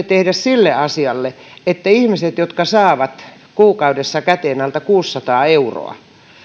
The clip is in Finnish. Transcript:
tehdä sille asialle että ihmisillä jotka saavat kuukaudessa käteen alle kuusisataa euroa